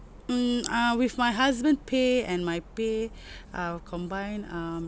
mm uh with my husband pay and my pay I'll combine um